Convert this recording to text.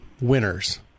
winners